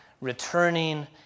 returning